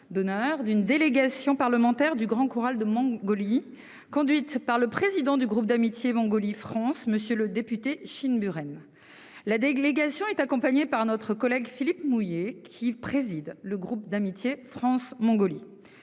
d'honneur d'une délégation parlementaire du Grand Khoural de Mongolie, conduite par le président du groupe d'amitié Mongolie-France, M. Chinburen Jigjidsuren. La délégation est accompagnée par notre collègue Philippe Mouiller, qui préside le groupe d'amitié France-Mongolie.